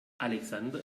alexander